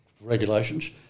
regulations